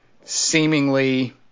seemingly